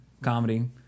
comedy